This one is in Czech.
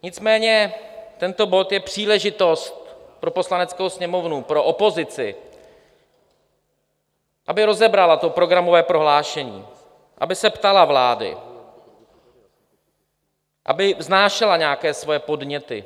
Nicméně tento bod je příležitost pro Poslaneckou sněmovnu, pro opozici, aby rozebrala programové prohlášení, aby se ptala vlády, aby vznášela nějaké svoje podněty.